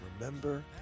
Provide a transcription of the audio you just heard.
Remember